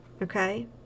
Okay